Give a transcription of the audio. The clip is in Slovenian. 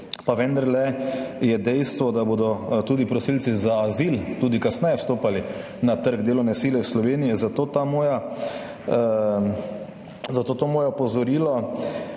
vendarle je dejstvo, da bodo tudi prosilci za azil tudi kasneje vstopali na trg delovne sile v Sloveniji, zato to moje opozorilo.